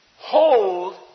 Hold